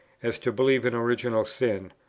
as to believe in original sin,